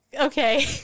okay